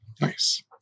Nice